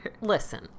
Listen